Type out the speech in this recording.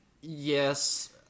Yes